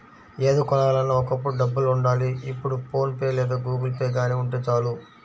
ఏది కొనాలన్నా ఒకప్పుడు డబ్బులుండాలి ఇప్పుడు ఫోన్ పే లేదా గుగుల్పే గానీ ఉంటే చాలు